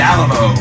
Alamo